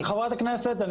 חברת הכנסת,